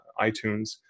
iTunes